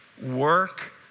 work